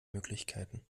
möglichkeiten